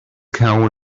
cow